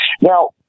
Now